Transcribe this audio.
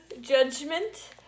judgment